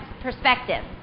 perspective